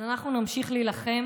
אז אנחנו נמשיך להילחם